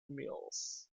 mills